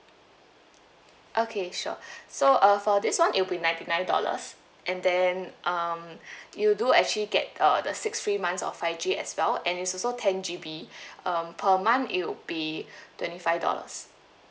okay sure so uh for this [one] it'll be ninety nine dollars and then um you do actually get uh the six free months of five G as well and it's also ten G_B um per month it would be twenty five dollars